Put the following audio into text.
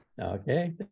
Okay